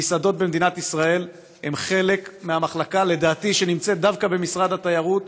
המסעדות במדינת ישראל הן חלק מהמחלקה שלדעתי נמצאת דווקא במשרד התיירות,